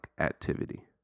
activity